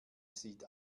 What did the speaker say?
sieht